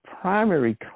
primary